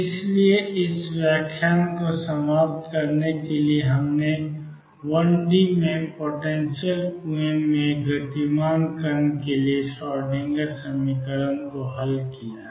इसलिए इस व्याख्यान को समाप्त करने के लिए हमने 1D में पोटेंशियल कुएं में गतिमान कण के लिए श्रोडिंगर समीकरण को हल किया है